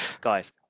Guys